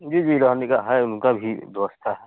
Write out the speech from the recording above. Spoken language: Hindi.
जी जी रहने का है उनकी भी व्यवस्था है